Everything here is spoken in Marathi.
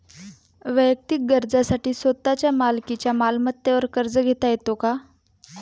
वैयक्तिक गरजांसाठी स्वतःच्या मालकीच्या मालमत्तेवर कर्ज घेता येतो का?